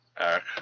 Eric